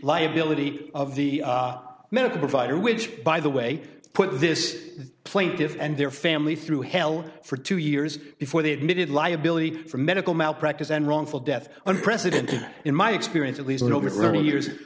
liability of the medical provider which by the way put this plaintiffs and their family through hell for two years before they admitted liability for medical malpractise and wrongful death unprecedented in my experience at least in over thirty years